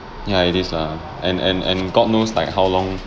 ya it is lah and and and god knows like how long